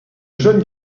jeune